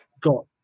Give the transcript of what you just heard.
got